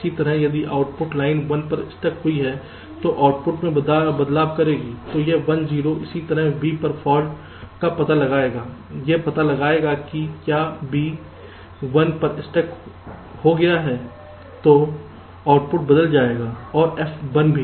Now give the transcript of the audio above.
इसी तरह यदि आउटपुट लाइन 1 पर स्टक हुई है जो आउटपुट में बदलाव करेगी तो यह 1 0 इसी तरह B पर फाल्ट का पता लगाएगा यह पता लगाएगा कि क्या b 1 पर स्टक हो गया है तो आउटपुट बदल जाएगा और F 1 भी